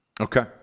Okay